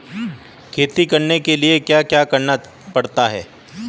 खेती करने के लिए क्या क्या करना पड़ता है?